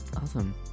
awesome